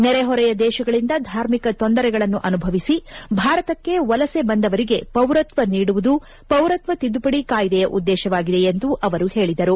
ನೆರೆಹೊರೆಯ ದೇಶಗಳಂದ ಧಾರ್ಮಿಕ ತೊಂದರೆಗಳನ್ನು ಅನುಭವಿಸಿ ಭಾರತಕ್ಕೆ ವಲಸೆ ಬಂದವರಿಗೆ ಪೌರತ್ವ ನೀಡುವುದು ಪೌರತ್ವ ತಿದ್ದುಪಡಿ ಕಾಯ್ದೆಯ ಉದ್ದೇಶವಾಗಿದೆ ಎಂದು ಅವರು ಹೇಳದರು